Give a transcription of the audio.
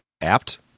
apt